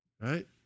Right